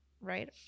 right